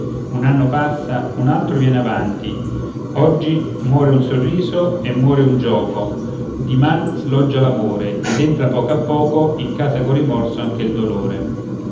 un anno passa un altro viene avanti oggi muore un sorriso e muore un gioco diman sloggia l'amore ed entra a poco a poco in casa col rimorso anche il dolore